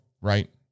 Right